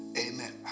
amen